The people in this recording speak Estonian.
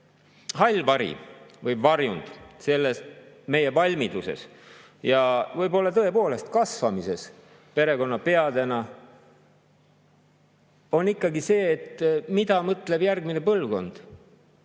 hall vari või varjund selles meie valmiduses ja võib-olla tõepoolest kasvamises perekonnapeadena on see, mida mõtleb järgmine põlvkond.